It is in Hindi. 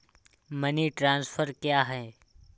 मनी ट्रांसफर क्या है?